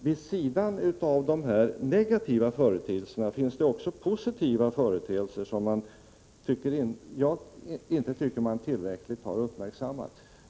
Vid sidan av de negativa företeelserna finns nämligen också positiva sådana, som jag inte tycker att man tillräckligt har uppmärksammat.